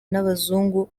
n’abazungu